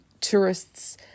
tourists